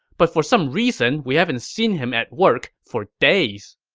but for some reason, we haven't seen him at work for days.